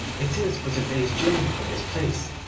it is but a day's journey from this place,